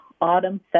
autumn